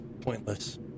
pointless